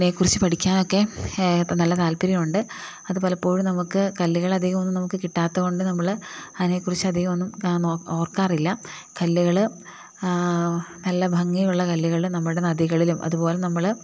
അതിനെ കുറിച്ചു പഠിക്കാനൊക്കെ ഇപ്പം നല്ല താല്പര്യമുണ്ട് അത് പലപ്പോഴും നമ്മൾക്ക് കല്ലുകൾ അധികമൊന്നും നമുക്ക് കിട്ടാത്തത് കൊണ്ട് നമ്മൾ അതിനെ കുറിച്ചു അച്ചധികമൊന്നും ഓർക്കാറില്ല കല്ലുകൾ നല്ല ഭംഗിയുള്ള കല്ലുകൾ നമ്മുടെ നദികളിലും അതുപോലെ നമ്മൾ